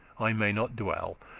i may not dwell.